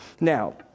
Now